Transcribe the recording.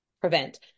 prevent